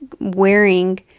wearing